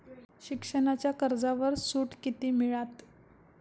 शिक्षणाच्या कर्जावर सूट किती मिळात?